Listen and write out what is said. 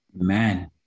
Amen